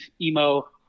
emo